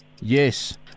yes